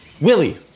Willie